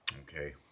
Okay